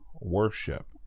worship